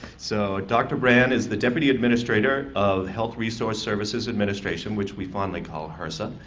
so dr. brand is the deputy administrator of health resource services administration which we fondly call hrsa.